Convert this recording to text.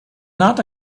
not